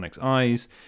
eyes